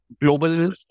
global